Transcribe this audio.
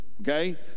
okay